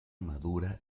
madura